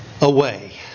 away